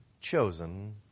chosen